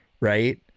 right